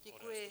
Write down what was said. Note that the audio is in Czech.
Děkuji.